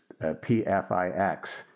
pfix